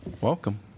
Welcome